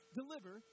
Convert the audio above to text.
deliver